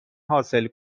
حاصل